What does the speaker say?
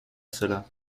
cela